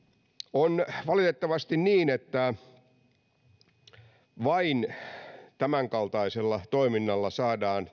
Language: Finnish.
on valitettavasti tai valitettavasti ja valitettavasti niin että vain tämänkaltaisella toiminnalla saadaan